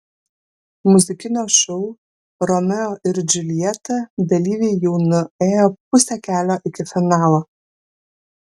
muzikinio šou romeo ir džiuljeta dalyviai jau nuėjo pusę kelio iki finalo